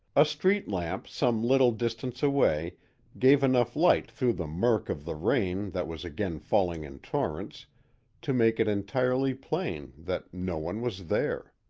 a street-lamp some little distance away gave enough light through the murk of the rain that was again falling in torrents to make it entirely plain that no one was there.